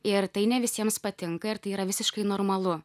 ir tai ne visiems patinka ir tai yra visiškai normalu